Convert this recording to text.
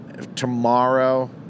Tomorrow